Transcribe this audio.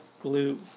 glue